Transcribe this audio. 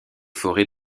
forêts